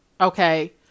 okay